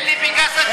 אין לי פנקס אדום.